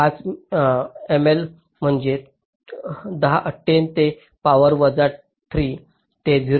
5 मिली मध्ये 10 ते पॉवर वजा 3 ते 0